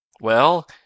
Well